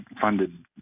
funded